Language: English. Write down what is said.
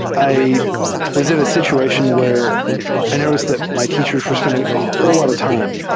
i was in a situation where i noticed that my teachers were spending a whole lot of time